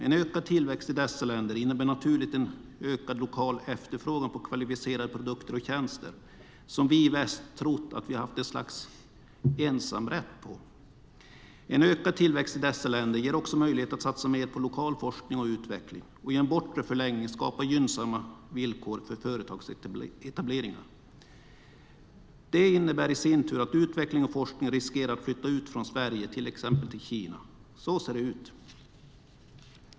En ökad tillväxt i dessa länder innebär naturligt en ökad lokal efterfrågan på kvalificerade produkter och tjänster som vi i väst trott att vi har haft ett slags ensamrätt på. En ökad tillväxt i dessa länder ger också möjlighet att satsa mer på lokal forskning och utveckling och i en bortre förlängning skapa gynnsamma villkor för företagsetableringar. Det innebär i sin tur att utveckling och forskning riskerar att flytta ut från Sverige till exempelvis Kina. Så ser det ut.